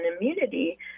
immunity